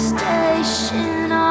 Station